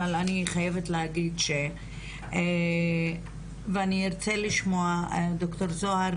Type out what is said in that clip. אבל אני חייבת להגיד ואני ארצה לשמוע את ד"ר זוהר